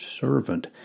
servant